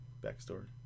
backstory